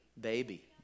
Baby